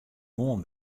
moarn